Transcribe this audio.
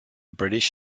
british